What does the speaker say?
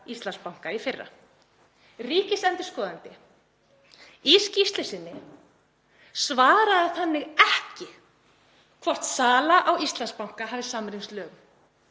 Íslandsbanka í fyrra. Ríkisendurskoðandi svaraði í skýrslu sinni þannig ekki hvort sala á Íslandsbanka hafi samrýmst lögum.